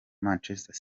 manchester